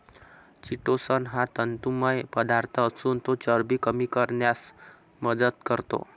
chitosan हा तंतुमय पदार्थ असून तो चरबी कमी करण्यास मदत करतो